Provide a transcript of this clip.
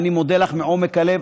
ואני מודה לך מעומק הלב.